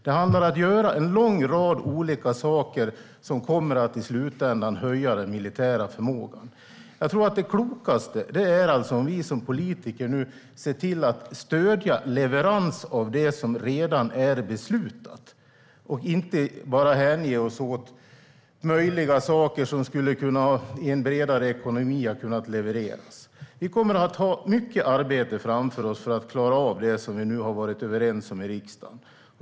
Det handlar om att göra en lång rad olika saker som i slutändan kommer att höja den militära förmågan. Jag tror att det klokaste är att vi som politiker nu ser till att stödja leverans av det som redan är beslutat, och inte bara hänge oss åt möjliga saker som hade kunnat levereras i en bredare ekonomi. Vi kommer att ha mycket arbete framför oss för att klara av det som vi nu har varit överens om i riksdagen.